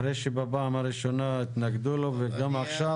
אחרי שבפעם הראשונה התנגדו לו וגם עכשיו?